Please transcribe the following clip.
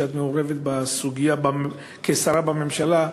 את כבר מעורבת בסוגיה כשרה בממשלה,